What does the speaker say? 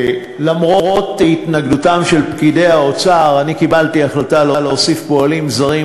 למרות התנגדותם של פקידי האוצר אני קיבלתי החלטה להוסיף פועלים זרים,